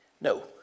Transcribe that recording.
No